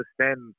understand